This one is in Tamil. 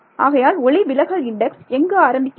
ஆகையால் ஒளிவிலகல் இன்டெக்ஸ் எங்கு ஆரம்பிக்கிறது